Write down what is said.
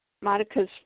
Monica's